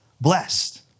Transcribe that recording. blessed